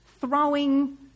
throwing